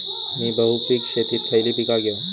मी बहुपिक शेतीत खयली पीका घेव?